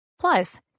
Plus